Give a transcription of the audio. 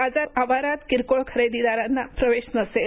बाजार आवारात किरकोळ खरेदीदारांना प्रवेश नसेल